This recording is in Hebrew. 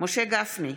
משה גפני,